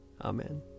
Amen